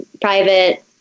private